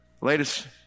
latest